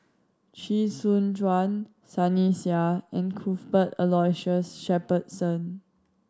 Chee Soon Juan Sunny Sia and Cuthbert Aloysius Shepherdson